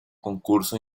concurso